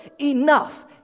enough